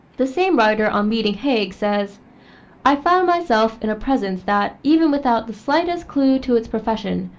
the same writer on meeting haig says i found myself in a presence that, even without the slightest clue to its profession,